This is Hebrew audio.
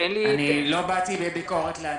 אני לא באתי בביקורת לאדוני.